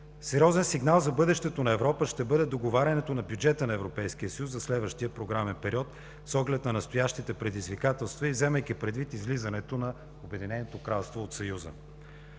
Сериозен сигнал за бъдещето на Европа ще бъде договарянето на бюджета на Европейския съюз за следващия програмен период с оглед настоящите предизвикателства и вземайки предвид излизането на Обединеното кралство от Съюза.